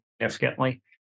significantly